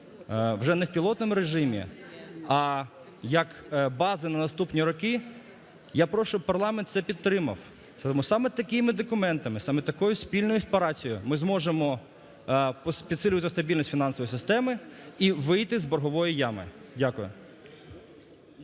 вже не в пілотному режимі, а як бази на наступні роки, я прошу, щоб парламент це підтримав. Тому що саме такими документами, саме такою спільною працею ми зможемо підсилювати стабільність фінансової системи і вийти з боргової ями. Дякую.